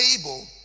able